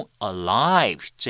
alive